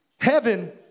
Heaven